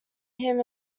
him